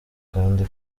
kandi